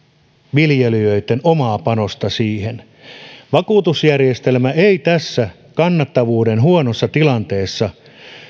viljelijöitten omaa panosta siihen vakuutusjärjestelmä ei tässä kannattavuuden huonossa tilanteessa